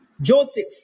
Joseph